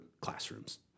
classrooms